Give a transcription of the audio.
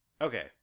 Okay